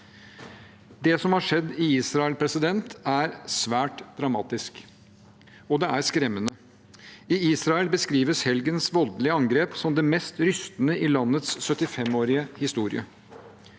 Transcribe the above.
Det som har skjedd i Israel, er svært dramatisk, og det er skremmende. I Israel beskrives helgens voldelige angrep som det mest rystende i landets 75-årige historie.